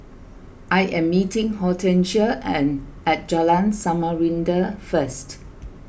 I am meeting Hortencia and at Jalan Samarinda first